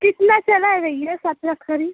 कितना चला है भैया सात लाख खरी